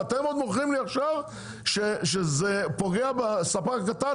ואתם עוד מוכרים לי עכשיו שזה פוגע בספק הקטן?